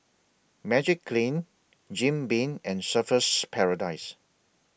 Magiclean Jim Beam and Surfer's Paradise